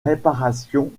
réparation